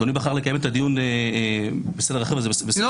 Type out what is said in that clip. אדוני בחר לקיים את הדיון בסדר אחר --- לא.